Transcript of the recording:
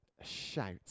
shout